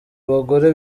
abagore